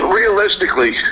realistically